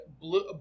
blue